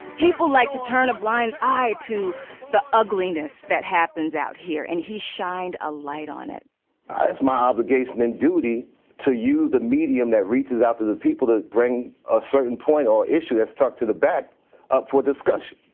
people like to turn a blind eye to the ugliness that happens out here, and he shined a light on it it's my obligation and duty to use the medium that reaches out to the people that bring a certain point or issue that's stuck to the back up for discussion.